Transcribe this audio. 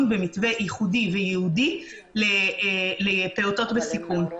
במתווה ייחודי וייעודי לפעוטות בסיכון.